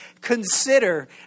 Consider